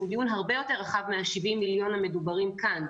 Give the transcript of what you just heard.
דיון הרבה יותר רחב מה-70 מיליון המדוברים כאן.